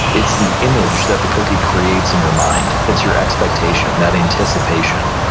it's the image that the cookie creates in your mind. it's your expectation, that anticipation,